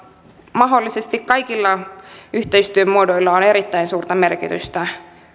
mahdollisesti kaikilla yhteistyömuodoilla on erittäin suurta merkitystä